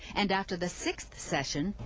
and after the sixth session,